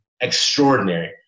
extraordinary